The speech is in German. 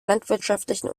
landwirtschaftlichen